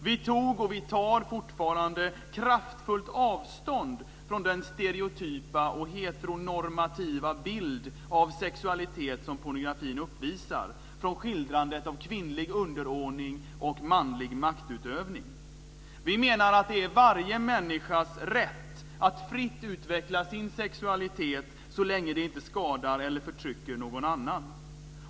Vi tog och vi tar fortfarande kraftfullt avstånd från den stereotypa och heteronormativa bild av sexualitet som pornografin uppvisar, från skildrandet av kvinnlig underordning och manlig maktutövning. Vi menar att det är varje människas rätt att fritt utveckla sin sexualitet så länge det inte skadar eller förtrycker någon annan.